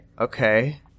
Okay